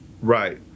Right